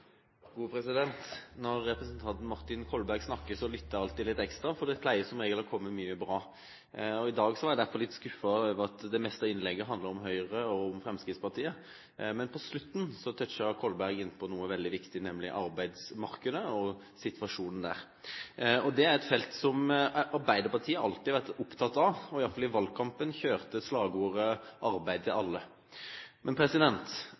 Martin Kolberg snakker, lytter jeg alltid litt ekstra, for det pleier som regel å komme mye bra. I dag var jeg derfor litt skuffet over at det meste av innlegget handlet om Høyre og om Fremskrittspartiet. Men på slutten toucher Kolberg inn på noe veldig viktig, nemlig arbeidsmarkedet og situasjonen der. Det er et felt som Arbeiderpartiet alltid har vært opptatt av, og iallfall i valgkampen kjørte slagordet «Arbeid til alle». Men